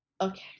okay